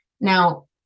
Now